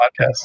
podcast